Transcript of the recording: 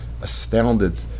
astounded